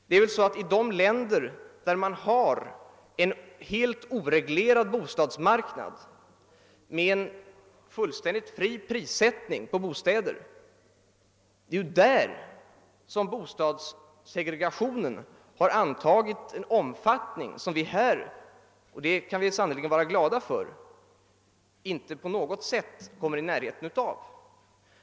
Det är ju i de länder, där man har en helt oreglerad bostadsmarknad med fullständigt fri prissättning på bostäder, som bostadssegregationen har antagit en omfattning som vi här — och det kan vi sannerligen vara glada för — inte på något sätt kommer i närheten av.